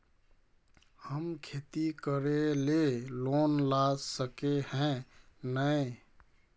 हम खेती करे ले लोन ला सके है नय?